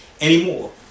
anymore